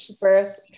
birth